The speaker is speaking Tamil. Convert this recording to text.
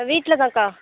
வீட்டில் தான்க்கா